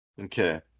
Okay